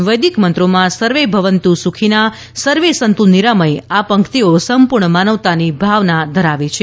વૈદિકમંત્રોમાં સર્વે ભવંતુ સુખીના સર્વે સંતુ નિરામય આ પંક્તિઓ સંપૂર્ણ માનવતાની ભાવના ધરાવે છે